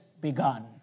begun